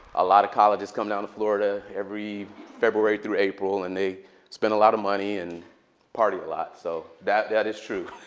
a lot of colleges come down to florida every february through april. and they spend a lot of money and party a lot. so that that is true.